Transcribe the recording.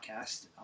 podcast